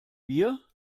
bier